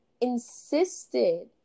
insisted